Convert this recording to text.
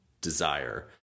desire